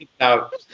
out